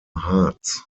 harz